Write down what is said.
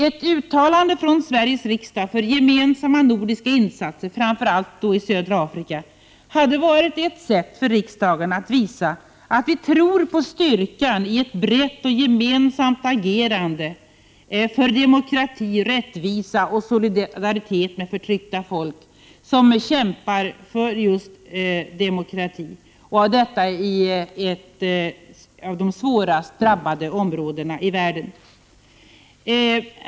Ett uttalande från Sveriges riksdag för gemensamma nordiska insatser framför allt i södra Afrika hade varit ett sätt för riksdagen att visa att vi tror på styrkan i ett brett och gemensamt agerande för demokrati, rättvisa och solidaritet med förtryckta folk, som kämpar för just demokrati i ett av de hårdast drabbade områdena i världen.